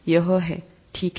यह है यह ठीक है